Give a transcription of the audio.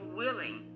willing